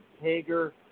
Hager